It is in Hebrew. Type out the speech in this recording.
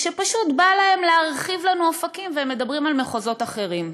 או שפשוט בא להם להרחיב לנו אופקים והם מדברים על מחוזות אחרים.